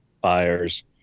buyers